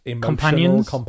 companions